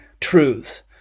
truths